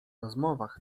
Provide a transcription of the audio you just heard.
rozmowach